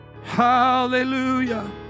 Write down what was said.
hallelujah